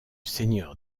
seigneur